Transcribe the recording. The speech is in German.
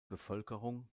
bevölkerung